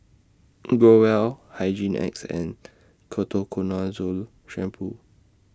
Growell Hygin X and Ketoconazole Shampoo